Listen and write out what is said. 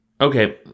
Okay